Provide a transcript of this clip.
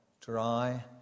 dry